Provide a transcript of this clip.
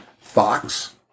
Fox